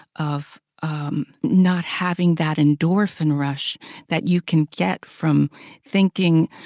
of um not having that endorphin rush that you can get from thinking,